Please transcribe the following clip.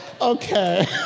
Okay